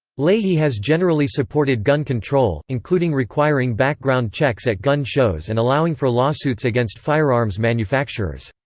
leahy has generally supported gun control, including requiring background checks at gun shows and allowing for lawsuits against firearms manufacturers.